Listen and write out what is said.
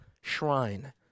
shrine